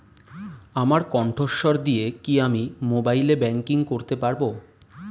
আমার কন্ঠস্বর দিয়ে কি আমি মোবাইলে ব্যাংকিং করতে পারবো?